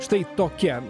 štai tokia